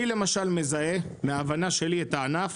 אני, למשל, מזהה מההבנה שלי את הענף